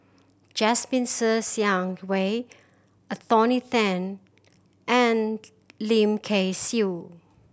Jasmine Ser Xiang Wei Anthony Then and Lim Kay Siu